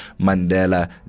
Mandela